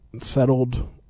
settled